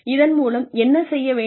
இதன் மூலம் என்ன செய்ய வேண்டும்